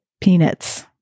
peanuts